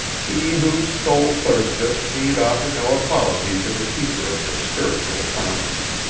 he whose soul thirsteth need offer no apology to the keeper of the spiritual fountains.